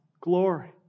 glory